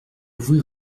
ouvrir